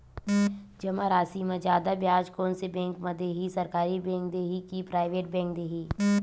जमा राशि म जादा ब्याज कोन से बैंक ह दे ही, सरकारी बैंक दे हि कि प्राइवेट बैंक देहि?